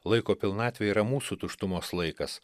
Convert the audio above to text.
laiko pilnatvė yra mūsų tuštumos laikas